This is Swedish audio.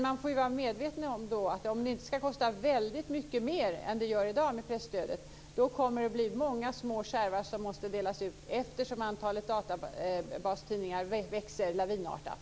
Man får då vara medveten om att om det inte ska kosta väldigt mycket mer än presstödet gör i dag, kommer det att bli många små skärvar som måste delas ut eftersom antalet databastidningar växer lavinartat.